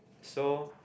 so